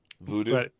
Voodoo